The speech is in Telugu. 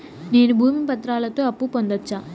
నేను భూమి పత్రాలతో అప్పు పొందొచ్చా?